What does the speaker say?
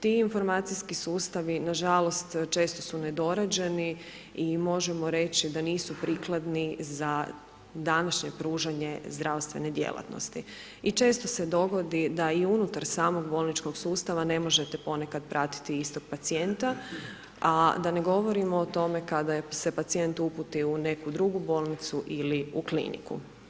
Ti informacijski sustavi nažalost često su nedorađeni i možemo reći da nisu prikladni za današnje pružanje zdravstvene djelatnosti i često se dogodi da i unutar samog bolničkog sustava ne možete ponekad pratiti istog pacijenta, a da ne govorimo o tome kada se pacijent uputi u neku drugu bolnicu ili u kliniku.